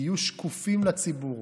תהיו שקופים לציבור.